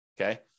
Okay